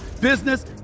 business